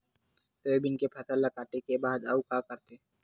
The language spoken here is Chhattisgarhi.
सोयाबीन के फसल ल काटे के बाद आऊ का करथे?